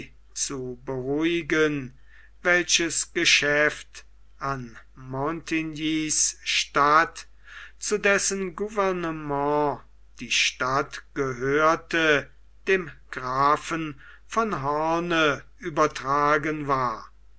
zu beruhigen welches geschäft an montignys statt zu dessen gouvernement die stadt gehörte dem grafen von hoorn übertragen war